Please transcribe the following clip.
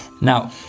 Now